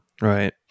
Right